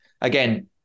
again